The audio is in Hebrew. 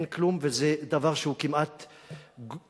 אין כלום, וזה דבר שהוא כמעט קרימינלי.